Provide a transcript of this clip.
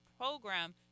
program